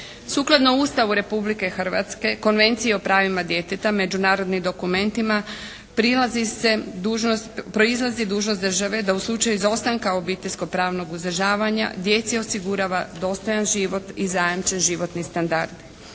Sukladno Ustavu Republike Hrvatske, Konvenciji o pravima djeteta, međunarodnim dokumentima proizlazi dužnost države da u slučaju izostanka obiteljsko pravnog uzdržavanja djeci osigurava dostojan život i zajamčen životni standard.